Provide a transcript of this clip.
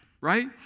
Right